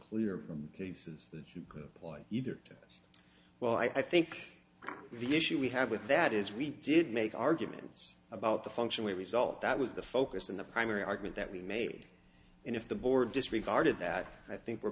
clear from places that you could point either to well i think the issue we have with that is we did make arguments about the function result that was the focus and the primary argument that we made and if the board disregarded that i think we're